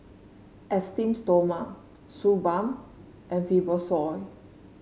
Esteem Stoma Suu Balm and Fibrosol